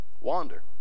wander